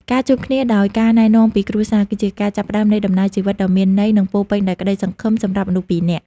ការជួបគ្នាដោយការណែនាំពីគ្រួសារ គឺជាការចាប់ផ្តើមនៃដំណើរជីវិតដ៏មានន័យ និងពោរពេញដោយក្តីសង្ឃឹមសម្រាប់មនុស្សពីរនាក់។